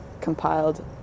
compiled